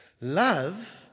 Love